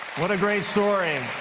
what a great story.